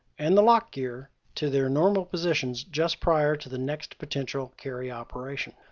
and the lock gear to their normal positions just prior to the next potential carry operation.